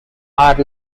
are